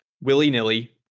willy-nilly